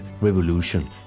revolution